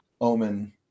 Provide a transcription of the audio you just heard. omen